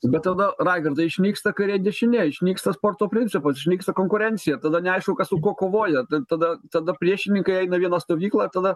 bet tada raigardai išnyksta kairė dešinė išnyksta sporto principas išnyksta konkurencija tada neaišku kas su kuo kovoja tai tada tada priešinykai eina į vieną stovyklą tada